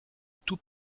tout